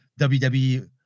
WWE